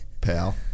pal